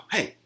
Hey